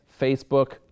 Facebook